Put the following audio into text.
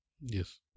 Yes